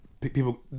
people